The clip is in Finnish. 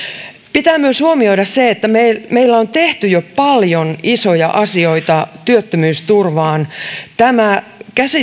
pitää myös huomioida se että meillä on jo tehty paljon isoja asioita työttömyysturvaan tämä